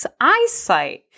eyesight